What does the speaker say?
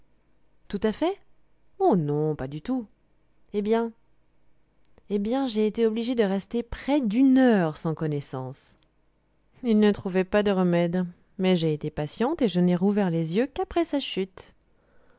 tout à fait oh non pas du tout eh bien eh bien j'ai été obligée de rester près d'une heure sans connaissance il ne trouvait pas de remède mais j'ai été patiente et je n'ai rouvert les yeux qu'après sa chute